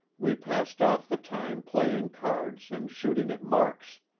we passed off the time playing cards and shooting at marks.